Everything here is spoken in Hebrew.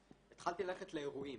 אז התחלתי ללכת לאירועים,